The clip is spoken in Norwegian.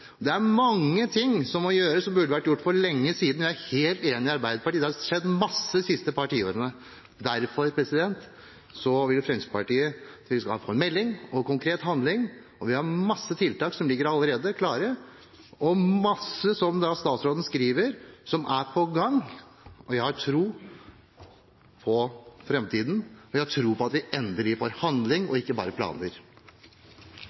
Det er mange ting som må gjøres, og som burde vært gjort for lenge siden. Jeg er helt enig med Arbeiderpartiet – det har skjedd en masse de siste par tiårene. Derfor vil Fremskrittspartiet at vi skal få en melding og konkret handling. Vi har en masse tiltak som ligger klare allerede, og – som statsråden skriver – masse som er på gang. Jeg har tro på framtiden og på at vi